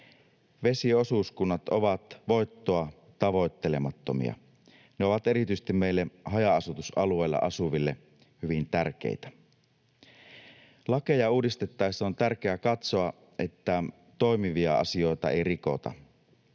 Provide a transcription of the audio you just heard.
Vesiosuuskunnat ovat voittoa tavoittelemattomia. Ne ovat erityisesti meille haja-asutusalueella asuville hyvin tärkeitä. Lakeja uudistettaessa on tärkeää katsoa, että toimivia asioita ei rikota.